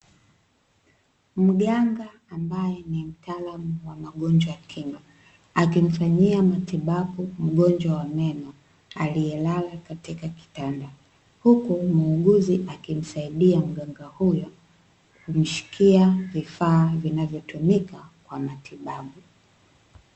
Mganga ambaye ni mtaalamu wa magonjwa ya kinywa akimfanyia matibabu mgonjwa wa meno alliyelala katika kitanda, huku muuguzi akimsaidia mganga huyo kumshikia vifaa vinavyotumika kwa matibabu.